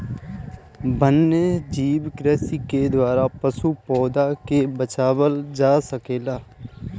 वन्यजीव कृषि के द्वारा पशु, पौधा के बचावल जा सकेला